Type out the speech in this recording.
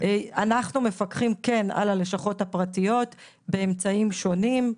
אנחנו מפקחים כן על הלשכות הפרטיות באמצעים שונים,